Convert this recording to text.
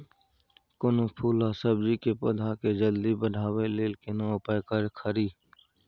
कोनो फूल आ सब्जी के पौधा के जल्दी बढ़ाबै लेल केना उपाय खरी?